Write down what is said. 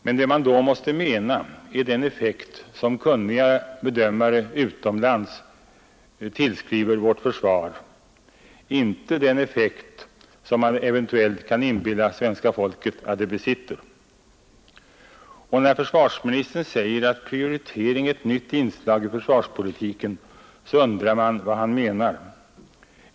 Men det man då måste mena är den effekt som kunniga bedömare utomlands tillskriver vårt försvar — inte den effekt som man eventuellt kan inbilla svenska folket att det besitter. Och när försvarsministern säger, att prioritering är ett nytt inslag i försvarspolitiken, så undrar man vad han menar.